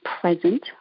present